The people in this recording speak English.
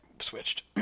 switched